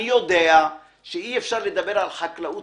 אני יודע שאי-אפשר לדבר על חקלאות